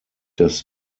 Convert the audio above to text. das